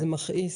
זה מכעיס.